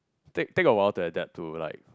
take take awhile to adapt to like